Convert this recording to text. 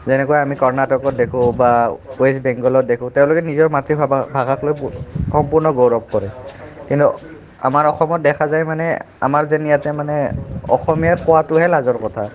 যেনেকৈ আমি কৰ্ণাটকত দেখোঁ বা ৱেষ্ট বেংগলত দেখোঁ তেওঁলোকে নিজৰ মাতৃভাষাক লৈ ব সম্পূৰ্ণ গৌৰৱ কৰে কিন্তু আমাৰ অসমত দেখা যায় মানে আমাৰ যেন ইয়াতে মানে অসমীয়া কোৱাটোহে লাজৰ কথা